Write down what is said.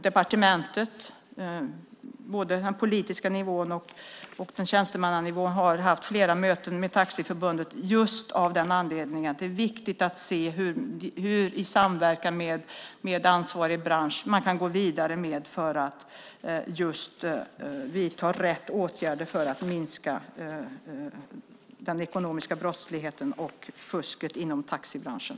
Departementet, både den politiska nivån och tjänstemannanivån, har haft flera möten med Taxiförbundet just av den anledningen att det är viktigt att man i samverkan med ansvarig bransch kan gå vidare för att vidta rätt åtgärder för att minska den ekonomiska brottsligheten och fusket inom taxibranschen.